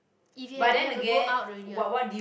if you you have to go out already what